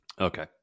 Okay